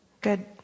Good